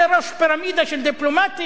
זה ראש פירמידה של דיפלומטים?